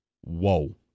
Whoa